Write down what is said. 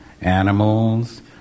animals